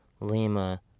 Lima